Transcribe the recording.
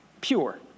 pure